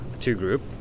two-group